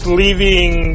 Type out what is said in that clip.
leaving